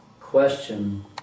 question